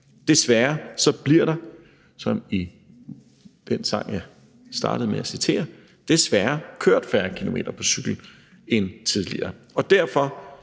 Desværre bliver der – ligesom i den sang, som jeg startede med at citere – kørt færre kilometer på cykel end tidligere, og derfor